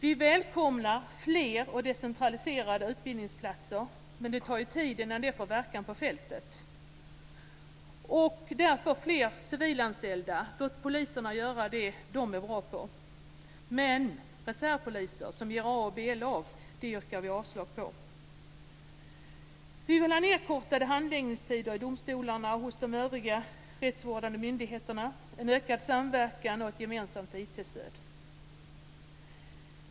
Vi välkomnar fler och decentraliserade utbildningsplatser, men det tar ju tid innan det får verkan på fältet. Därför vill vi ha fler civilanställda. Låt poliserna göra det de är bra på! Men reservpoliser som ger A och B-lag yrkar vi avslag på. Vi vill ha nedkortade handläggningstider i domstolarna och hos de övriga rättsvårdande myndigheterna, en ökad samverkan och ett gemensamt IT-stöd.